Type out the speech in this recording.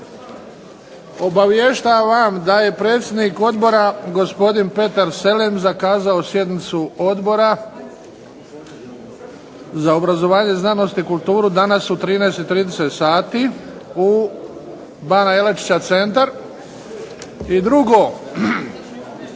Obavještavam da je predsjednik Odbora gospodin Petar Selem zakazao sjednicu Odbora za obrazovanje, znanost i kulturu danas u 13 i 30 sati u Bana Jelačića centar. I drugo,